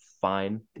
fine